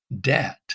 Debt